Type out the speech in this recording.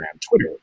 Twitter